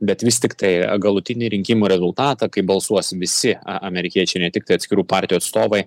bet vis tiktai galutinį rinkimų rezultatą kai balsuos visi a amerikiečiai ne tiktai atskirų partijų atstovai